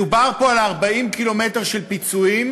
מדובר פה על 40 קילומטר לפיצויים,